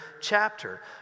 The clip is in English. chapter